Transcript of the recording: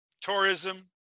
tourism